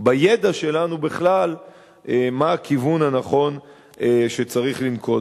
בידע שלנו בכלל מה הכיוון הנכון שצריך לנקוט.